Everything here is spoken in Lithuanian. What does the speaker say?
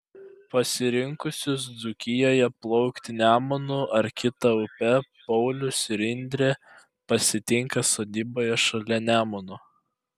pasirinkusius dzūkijoje plaukti nemunu ar kita upe paulius ir indrė pasitinka sodyboje šalia nemuno